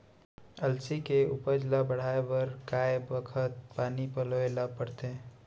अलसी के उपज ला बढ़ए बर कय बखत पानी पलोय ल पड़थे?